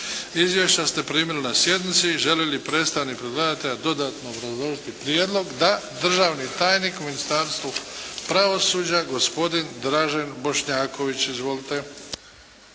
Izvješća ste primili na sjednici. Žele li predstavnici predlagatelja dodatno obrazložiti Prijedlog? Da. Državni tajnik u Ministarstvu pravosuđa, gospodin Dražen Bošnjaković.